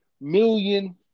million